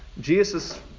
Jesus